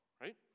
right